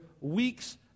weeks